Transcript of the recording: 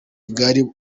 bwari